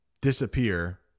disappear